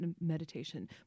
meditation